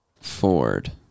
Ford